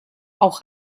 auch